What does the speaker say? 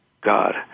God